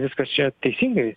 viskas čia teisingai